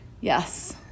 yes